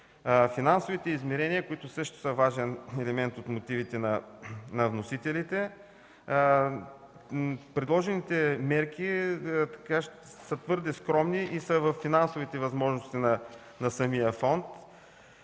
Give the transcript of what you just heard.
финансовите измерения, които също са важен елемент от мотивите на вносителите, предложените мерки са твърде скромни и са във финансовите възможности на самия фонд